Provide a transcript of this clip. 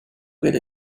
good